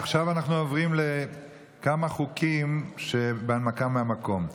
עכשיו אנחנו עוברים לכמה חוקים בהנמקה מהמקום.